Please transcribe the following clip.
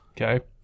Okay